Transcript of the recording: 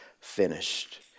finished